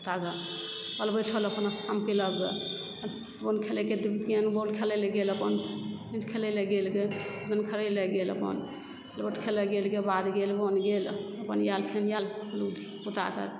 ता धरि बैठल अपन काम कयलक गे खेलकइ तऽ गेल गेल बाल खेलय लए गेल अपन खेलय लए गेल गे दुनू खेलय लए गेल अपन खेलय लए गेल बाध गेल वन गेल अपन आयल खेलके आयल दुनू पोताके